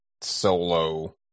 solo